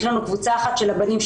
יש לנו קבוצה אחת של הבנים,